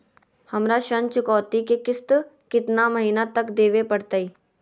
हमरा ऋण चुकौती के किस्त कितना महीना तक देवे पड़तई?